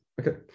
Okay